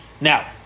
Now